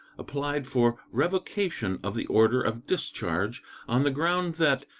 applied for revocation of the order of discharge on the ground that,